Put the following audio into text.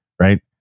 right